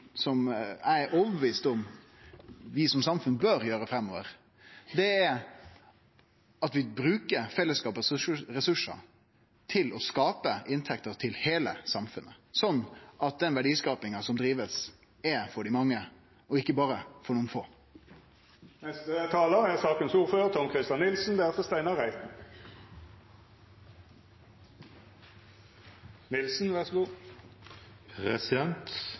eg er overtydd om at vi som samfunn bør gjere framover, er det at vi bruker fellesskapet sine ressursar til å skape inntekter til heile samfunnet, sånn at den verdiskapinga som skjer, er for dei mange og ikkje berre for nokon få. Jeg er